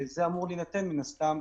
זה אמור להינתן, מן הסתם,